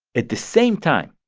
at the same time,